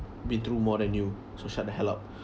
been through more than you so shut the hell up